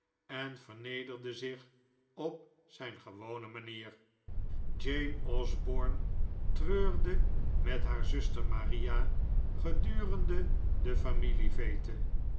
en vernederde zich op zijn gewone manier jane osborne treurde met haar zuster maria gedurende de